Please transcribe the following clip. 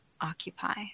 occupy